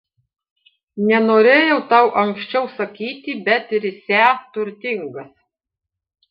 nenorėjau tau anksčiau sakyti bet risią turtingas